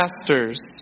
masters